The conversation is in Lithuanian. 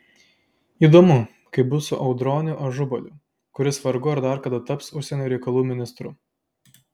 įdomu kaip bus su audroniu ažubaliu kuris vargu ar dar kada taps užsienio reikalų ministru